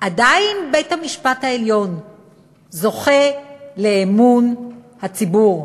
עדיין בית-המשפט העליון זוכה לאמון הציבור.